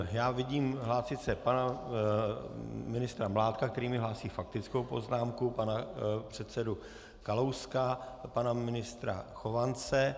Já vidím hlásit se pana ministra Mládka, který mi hlásí faktickou poznámku, pana předsedu Kalouska a pana ministra Chovance.